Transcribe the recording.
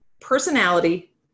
personality